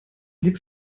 blieb